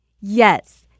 Yes